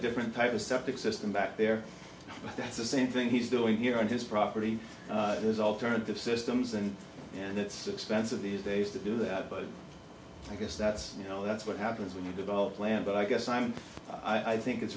different type of septic system back there but that's the same thing he's doing here on his property there's alternative systems and that's expensive these days to do that but i guess that's you know that's what happens when you develop a plan but i guess i'm i think it's